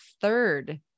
third